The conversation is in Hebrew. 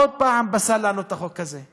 עוד פעם פסל לנו את החוק הזה.